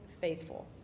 faithful